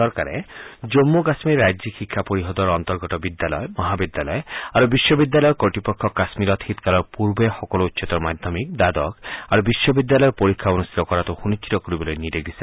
চৰকাৰে জম্মূ কাম্মীৰ ৰাজ্যিক শিক্ষা পৰিযদৰ অন্তৰ্গত বিদ্যালয় মহাবিদ্যালয় আৰু বিশ্ববিদ্যালয়ৰ কৰ্তৃপক্ষক কাশ্মীৰত শীতকালৰ পূৰ্বে সকলো উচ্চতৰ মাধ্যমিক দ্বাদশ আৰু বিশ্ববিদ্যালয়ৰ পৰীক্ষা অনুষ্ঠিত কৰাটো সুনিশ্চিত কৰিবলৈ নিৰ্দেশ দিছে